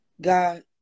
God